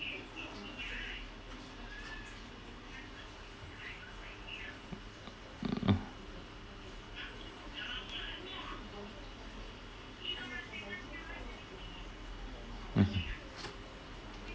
mm mmhmm